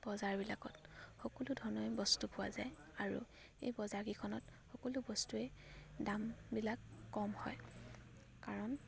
বজাৰবিলাকত সকলো ধৰণৰে বস্তু পোৱা যায় আৰু এই বজাৰকেইখনত সকলো বস্তুৱে দামবিলাক কম হয় কাৰণ